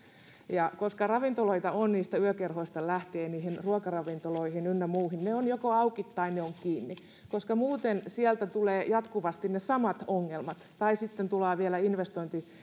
koska ravintoloita on yökerhoista lähtien ruokaravintoloihin ynnä muihin ne ovat joko auki tai ne ovat kiinni koska muuten sieltä tulevat jatkuvasti ne samat ongelmat tai sitten tulevat vielä